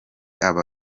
aba